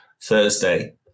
Thursday